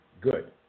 good